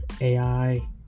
AI